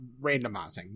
randomizing